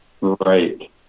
Right